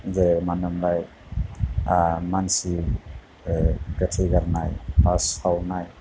जेरै मा होनो मोनलाय मानसि गोथै गारनाय बा सावनाय